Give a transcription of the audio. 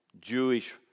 Jewish